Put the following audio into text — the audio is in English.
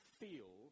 feel